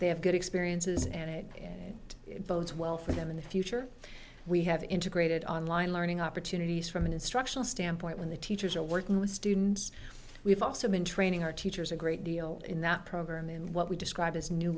they have good experiences and it bodes well for them in the future we have integrated online learning opportunities from an instructional standpoint when the teachers are working with students we've also been training our teachers a great deal in that program in what we describe as new